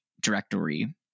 directory